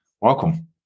welcome